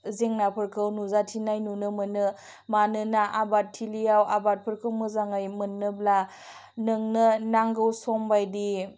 जेंनाफोरखौ नुजाथिनाय नुनो मोनो मानोना आबाद थिलियाव आबादफोरखौ मोजाङै मोन्नोब्ला नोंनो नांगौ समबायदि